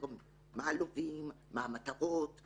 רונן ניסים, המחלקה המשפטית